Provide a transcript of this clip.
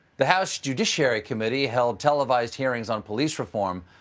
the house judiciary committee held televised hearings on police reform.